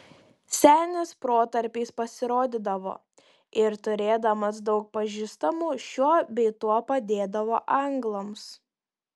senis protarpiais pasirodydavo ir turėdamas daug pažįstamų šiuo bei tuo padėdavo anglams